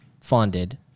funded